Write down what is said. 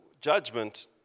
judgment